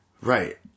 Right